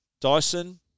Dyson